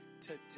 today